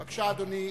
בבקשה, אדוני.